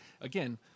Again